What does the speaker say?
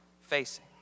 facing